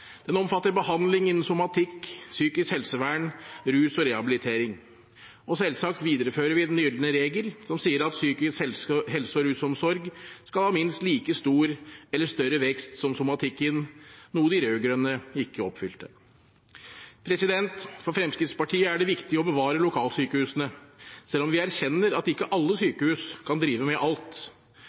Den omfatter behandling innen somatikk, psykisk helsevern, rus og rehabilitering. Og selvsagt viderefører vi den gylne regel som sier at psykisk helse og rusomsorg skal ha minst like stor, eller større, vekst enn somatikken – noe de rød-grønne ikke oppfylte. For Fremskrittspartiet er det viktig å bevare lokalsykehusene, selv om vi erkjenner at ikke alle sykehus kan drive med alt.